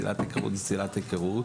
צלילת היכרות היא צלילת היכרות.